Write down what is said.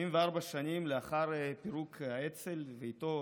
74 שנים לאחר פירוק האצ"ל, ואיתו